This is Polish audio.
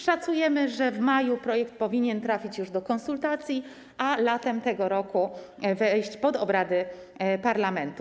Szacujemy, że w maju projekt powinien trafić już do konsultacji, a latem tego roku wejść pod obrady parlamentu.